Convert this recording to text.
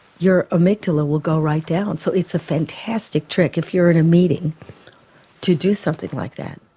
your amygdala will go right down. so it's a fantastic trick if you're in a meeting to do something like that.